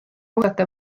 oodata